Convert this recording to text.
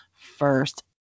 first